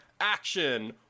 Action